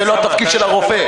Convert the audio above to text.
זה לא התפקיד של הרופא.